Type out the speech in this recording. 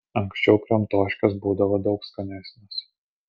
anksčiau kramtoškės būdavo daug skanesnės